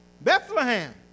Bethlehem